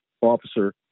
officer